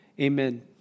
Amen